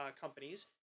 companies